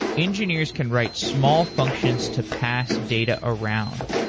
engineers can write small functions to pass data around.